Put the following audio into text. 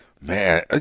Man